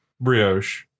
brioche